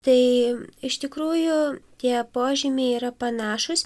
tai iš tikrųjų tie požymiai yra panašūs